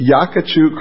Yakachu